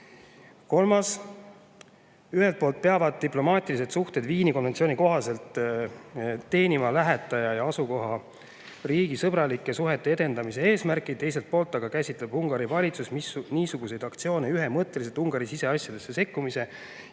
küsimus: "Ühelt poolt peavad diplomaatilised suhted Viini konventsiooni [---] kohaselt teenima lähetaja‑ ja asukohariigi sõbralike suhete edendamise eesmärki, teiselt poolt aga käsitleb Ungari valitsus niisuguseid aktsioone ühemõtteliselt Ungari siseasjadesse sekkumise